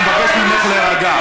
אני מבקש ממך להירגע.